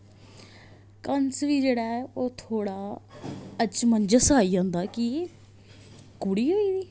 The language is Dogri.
कंस बी जेह्ड़ा ऐ ओह् थोह्ड़ा अचमजंस आई जंदा कि कुड़ी होई दी